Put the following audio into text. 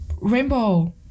rainbow